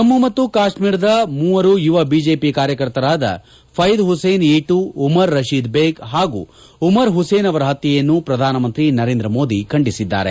ಜಮ್ಮು ಮತ್ತು ಕಾಶ್ಟೀರದ ಮೂವರು ಯುವ ಬಿಜೆಪಿ ಕಾರ್ಯಕರ್ತರಾದ ಫೈದ ಹುಸೇನ್ ಇಟೂ ಉಮರ್ ರಷೀದ್ ಬೇಗ್ ಹಾಗೂ ಉಮರ್ ಹುಸೇನ್ ಅವರ ಹತ್ಯೆಯನ್ನು ಪ್ರಧಾನಮಂತ್ರಿ ನರೇಂದ್ರಮೋದಿ ಖಂಡಿಸಿದ್ದಾರೆ